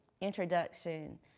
introduction